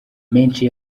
menshi